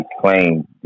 claim